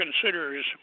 considers